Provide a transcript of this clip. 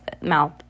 mouth